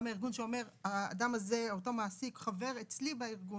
גם הארגון שאומר שאותו מעסיק חבר אצלו בארגון.